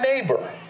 neighbor